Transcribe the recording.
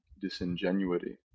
disingenuity